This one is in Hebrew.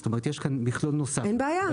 זאת אומרת, יש כאן מכלול נוסף -- אין בעיה.